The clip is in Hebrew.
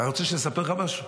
אתה רוצה שאני אספר לך משהו?